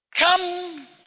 Come